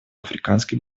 африканских